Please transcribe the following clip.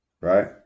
right